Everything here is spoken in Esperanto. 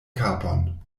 kapon